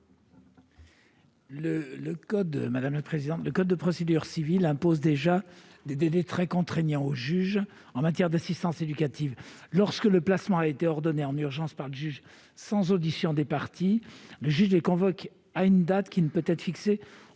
Le code de procédure civile impose déjà des délais contraignants au juge en matière d'assistance éducative. Lorsque le placement a été ordonné en urgence par le juge sans audition des parties, celui-ci les convoque à une date qui ne peut être fixée